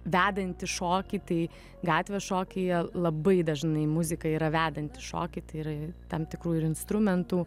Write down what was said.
vedanti šokį tai gatvės šokyje labai dažnai muzika yra vedanti šokį tai yra tam tikrų ir instrumentų